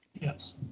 Yes